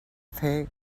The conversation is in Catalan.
fer